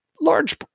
large